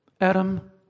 Adam